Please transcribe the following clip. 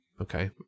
Okay